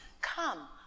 Come